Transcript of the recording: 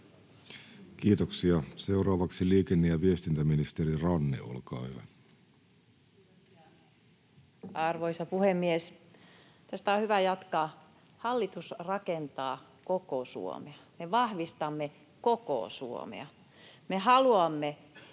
Kiitoksia. — Seuraavaksi liikenne- ja viestintäministeri Ranne, olkaa hyvä. Arvoisa puhemies! Tästä on hyvä jatkaa. Hallitus rakentaa koko Suomea, me vahvistamme koko Suomea. Me haluamme,